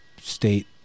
state